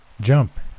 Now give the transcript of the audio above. Jump